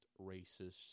racists